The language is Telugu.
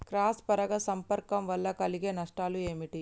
క్రాస్ పరాగ సంపర్కం వల్ల కలిగే నష్టాలు ఏమిటి?